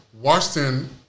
Washington